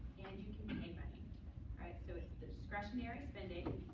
and you can pay money. right? so it's discretionary spending.